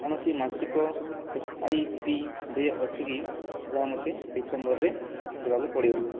କୌଣସି ମାସିକ ଏସ୍ଆଇପି ଦେୟ ଅଛିକି ଯାହା ମୋତେ ଡିସେମ୍ବରରେ ଦେବାକୁ ପଡ଼ିବ